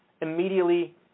Immediately